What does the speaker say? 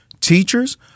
teachers